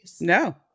No